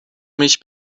mich